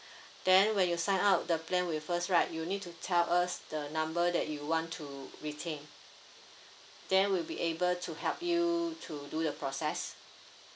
then when you sign up the plan with us right you need to tell us the number that you want to retain then we'll be able to help you to do the process